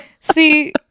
See